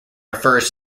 refers